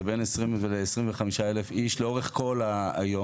זה בין 20 ל-25 אלף איש לאורך כל היום.